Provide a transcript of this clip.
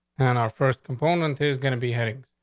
and our first component is going to be heading.